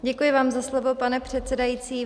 Děkuji vám za slovo, pane předsedající.